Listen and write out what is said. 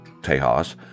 Tejas